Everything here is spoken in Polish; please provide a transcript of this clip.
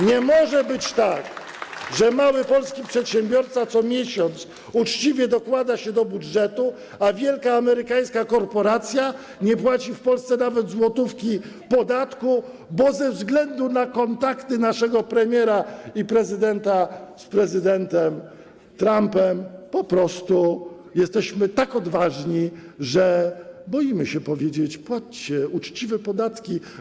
Nie może być tak, że mały polski przedsiębiorca co miesiąc uczciwie dokłada się do budżetu, a wielka amerykańska korporacja nie płaci w Polsce nawet złotówki podatku, bo ze względu na kontakty naszego premiera i prezydenta z prezydentem Trumpem po prostu jesteśmy tak odważni, że boimy się powiedzieć: płaćcie uczciwe podatki.